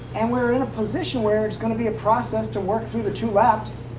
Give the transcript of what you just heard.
and we're in a position where it's going to be a process to work through the two laps.